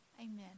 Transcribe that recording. Amen